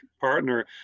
partner